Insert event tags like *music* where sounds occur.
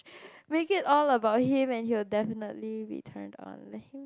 make it all about him and he will definitely be turned on *noise*